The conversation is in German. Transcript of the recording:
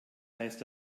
heißt